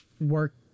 work